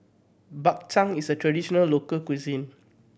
Bak Chang is a traditional local cuisine